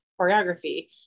choreography